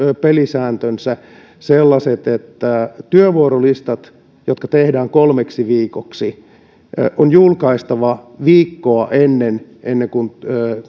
pelisääntönsä sellaiset että työvuorolistat jotka tehdään kolmeksi viikoksi on julkaistava viikkoa ennen ennen kuin